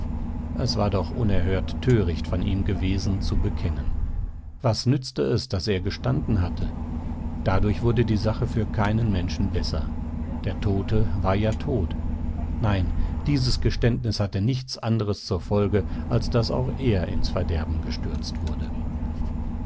es war doch unerhört töricht von ihm gewesen zu bekennen was nützte es daß er gestanden hatte dadurch wurde die sache für keinen menschen besser der tote war ja tot nein dieses geständnis hatte nichts anderes zur folge als daß auch er ins verderben gestürzt wurde